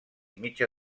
mitja